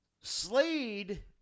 Slade